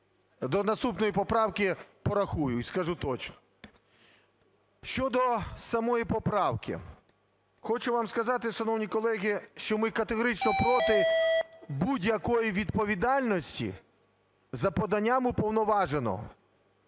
До наступної поправки порахую і скажу точно. Щодо самої поправки, хочу вам сказати, шановні колеги, що ми категорично проти будь-якої відповідальності за поданням уповноваженого.